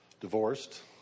divorced